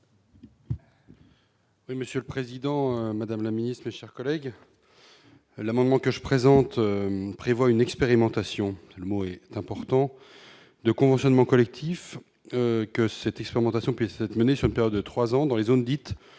Monsieur le Président, Madame la Ministre, chers collègues, l'amendement que je présente prévoit une expérimentation, le mot est important, le conventionnement collectif que cette expérimentation puisse être menée sur une période de 3 ans dans les zones dites